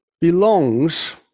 belongs